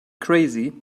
crazy